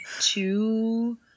two